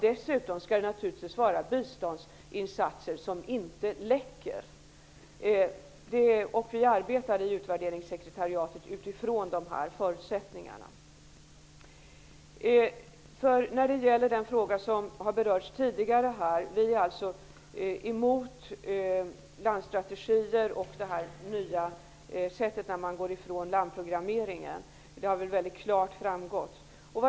Dessutom skall det naturligtvis vara biståndsinsatser som inte läcker. Utvärderingssekretariatet arbetar utifrån dessa förutsättningar. Vi är emot landstrategier och att man går ifrån landprogrammen. Det har väl framgått väldigt klart.